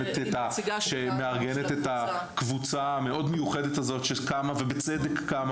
את הקבוצה המאוד מיוחדת הזאת שקמה ובצדק קמה,